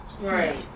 right